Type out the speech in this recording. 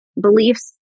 beliefs